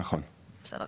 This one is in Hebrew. נכון.